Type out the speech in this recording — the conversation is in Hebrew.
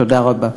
תודה רבה.